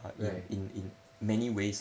right